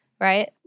Right